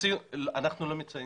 אנחנו לא מציינים